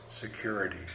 security